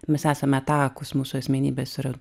mes esame takūs mūsų asmenybės yra